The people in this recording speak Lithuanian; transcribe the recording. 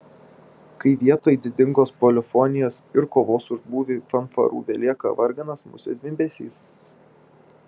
kai vietoj didingos polifonijos ir kovos už būvį fanfarų belieka varganas musės zvimbesys